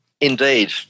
Indeed